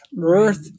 Earth